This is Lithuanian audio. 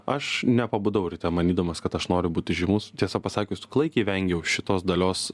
aš nepabudau ryte manydamas kad aš noriu būt įžymus tiesą pasakius klaikiai vengiau šitos dalios